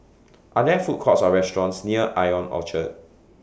Are There Food Courts Or restaurants near I O N Orchard